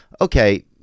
okay